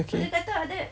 okay